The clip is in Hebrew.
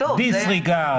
דיס-ריגארד,